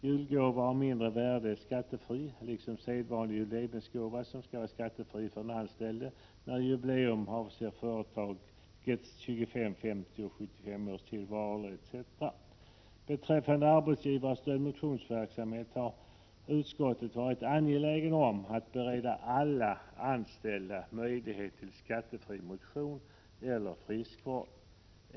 Julgåva av mindre värde är skattefri liksom sedvanlig jubileumsgåva som skall vara skattefri för den anställde när jubileum avser företagets 25-, 50 eller 75-åriga tillvaro. Beträffande arbetsgivarstödd motionsverksamhet har utskottet varit angeläget om att bereda alla anställda möjlighet till skattefri motion eller friskvård.